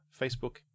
Facebook